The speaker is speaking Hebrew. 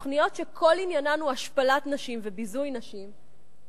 תוכניות שכל עניינן הוא השפלת נשים וביזוי נשים,